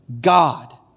God